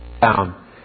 down